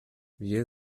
wir